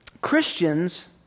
Christians